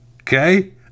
Okay